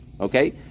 Okay